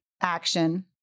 action